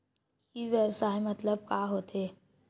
ई व्यवसाय मतलब का होथे?